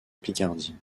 picardie